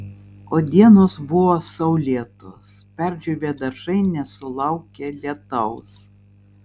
o dienos buvo saulėtos perdžiūvę daržai nesulaukė lietaus